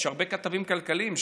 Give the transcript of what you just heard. יש הרבה כתבים כלכליים,